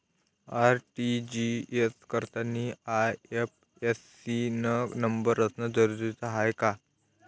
RTGS करतांनी IFSC न number असनं जरुरीच हाय का?